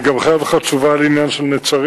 אני גם חייב לך תשובה על העניין של נצרים,